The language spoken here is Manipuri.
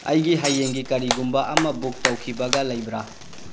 ꯑꯩꯒꯤ ꯍꯌꯦꯡꯒꯤ ꯀꯔꯤꯒꯨꯝꯕ ꯑꯃ ꯕꯨꯛ ꯇꯧꯈꯤꯕꯒ ꯂꯩꯕ꯭ꯔꯥ